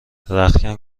رختکن